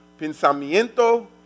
pensamiento